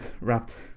wrapped